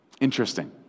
interesting